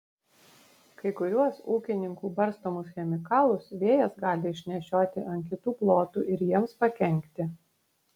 kai kuriuos ūkininkų barstomus chemikalus vėjas gali išnešioti ant kitų plotų ir jiems pakenkti